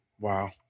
Wow